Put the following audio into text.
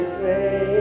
say